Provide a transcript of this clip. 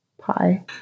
pie